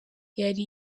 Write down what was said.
yari